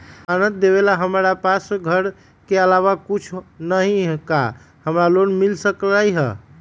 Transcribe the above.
जमानत देवेला हमरा पास हमर घर के अलावा कुछो न ही का हमरा लोन मिल सकई ह?